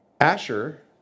Asher